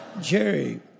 Jerry